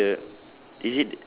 is it the